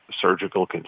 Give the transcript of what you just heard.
surgical